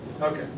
Okay